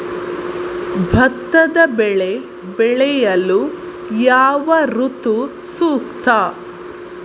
ಭತ್ತದ ಬೆಳೆ ಬೆಳೆಯಲು ಯಾವ ಋತು ಸೂಕ್ತ?